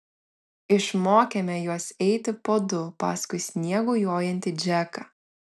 išmokėme juos eiti po du paskui sniegu jojantį džeką